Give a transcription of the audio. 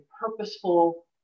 purposeful